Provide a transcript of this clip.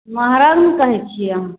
महरङ्ग कहै छियै अहाँ